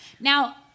Now